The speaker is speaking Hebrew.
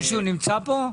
מישהו נמצא פה?